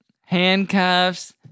Handcuffs